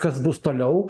kas bus toliau